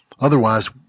Otherwise